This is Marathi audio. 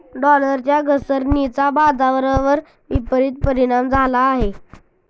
डॉलरच्या घसरणीचा बाजारावर विपरीत परिणाम झाला आहे